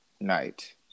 night